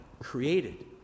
created